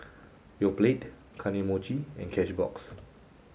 Yoplait Kane Mochi and Cashbox